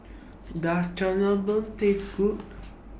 Does Jajangmyeon Taste Good